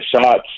shots